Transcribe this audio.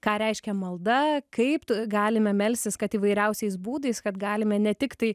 ką reiškia malda kaip galime melstis kad įvairiausiais būdais kad galime ne tik tai